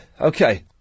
Okay